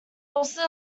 also